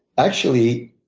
actually,